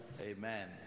Amen